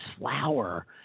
flower